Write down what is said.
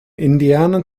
indiana